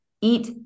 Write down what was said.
eat